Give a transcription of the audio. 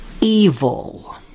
evil